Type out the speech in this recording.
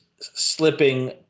slipping